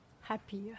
happier